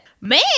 man